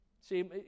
See